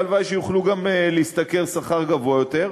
והלוואי שיוכלו גם להשתכר שכר גבוה יותר.